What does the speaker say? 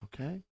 Okay